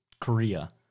Korea